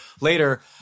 later